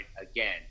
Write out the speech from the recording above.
again